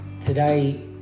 Today